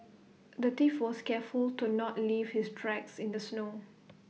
the thief was careful to not leave his tracks in the snow